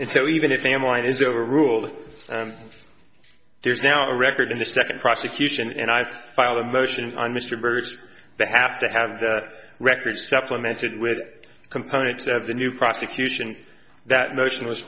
and so even if a mind is overruled there's now a record in the second prosecution and i've filed a motion on mr burris to have to have the record supplemented with a component of the new prosecution that motion was